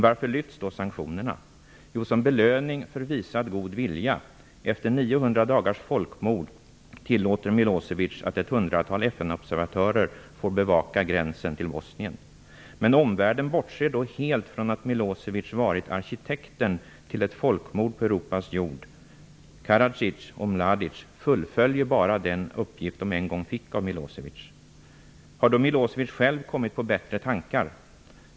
Varför lyfts då sanktionerna? Jo, de lyfts som belöning för visad god vilja. Efter 900 dagars folkmord, tillåter Milosevic att ett hundratal FN-observatörer får bevaka gränsen till Bosnien. Men omvärlden bortser då helt från att Milosevic varit arkitekten till ett folkmord på Europas jord. Karadzic och Mladic fullföljer bara den uppgift de en gång fick av Milosevic. Har då Milosevic själv kommit på bättre tankar?